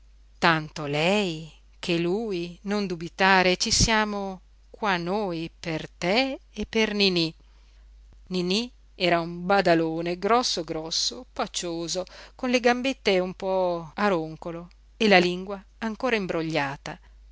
tanto lei che lui non dubitare ci siamo qua noi per te e per niní niní era un badalone grosso grosso pacioso con le gambette un po a roncolo e la lingua ancora imbrogliata